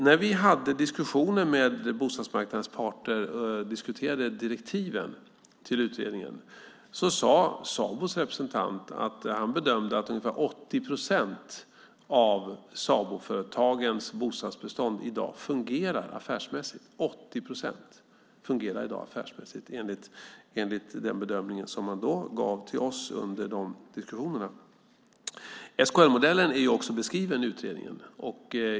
När vi diskuterade direktiven till utredningen med bostadsmarknadens parter sade Sabos representant att han bedömde att ungefär 80 procent av Saboföretagens bostadsbestånd fungerar affärsmässigt i dag. 80 procent fungerar alltså i dag affärsmässigt enligt den bedömning som man gav till oss under diskussionerna. SKL-modellen är också beskriven i utredningen.